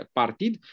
partid